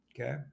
okay